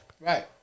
Right